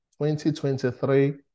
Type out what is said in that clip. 2023